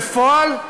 בפועל,